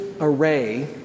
array